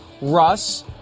Russ